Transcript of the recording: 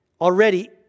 Already